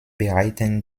bereiten